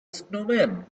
snowman